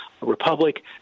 republic